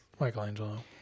Michelangelo